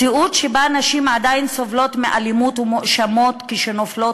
מציאות שבה נשים עדיין סובלות מאלימות ומואשמות כשהן נופלות